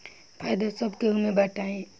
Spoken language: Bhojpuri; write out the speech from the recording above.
फायदा सब केहू मे बटाई